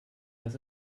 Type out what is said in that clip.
das